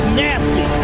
nasty